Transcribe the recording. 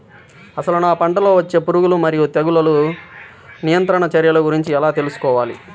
అసలు నా పంటలో వచ్చే పురుగులు మరియు తెగులుల నియంత్రణ చర్యల గురించి ఎలా తెలుసుకోవాలి?